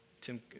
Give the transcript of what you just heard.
Tim